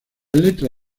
letra